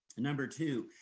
number two,